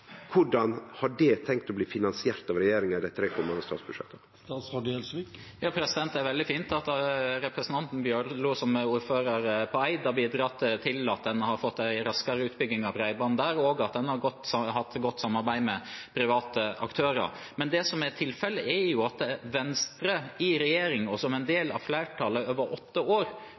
har regjeringa tenkt å finansiere det over dei komande tre statsbudsjetta? Det er veldig fint at representanten Bjørlo, som ordfører på Eid, har bidratt til at en har fått en raskere utbygging av bredbånd der, og at en har hatt godt samarbeid med private aktører. Men det som er tilfellet, er at Venstre i regjering og som en del av flertallet over åtte år